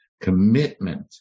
commitment